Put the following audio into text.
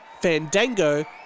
Fandango